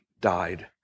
died